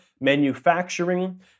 manufacturing